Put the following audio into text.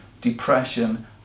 depression